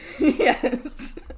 Yes